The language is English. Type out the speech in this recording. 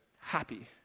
happy